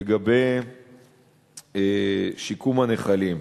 לגבי שיקום הנחלים.